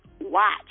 Watch